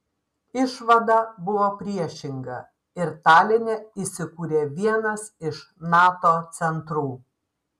išvada buvo priešinga ir taline įsikūrė vienas iš nato centrų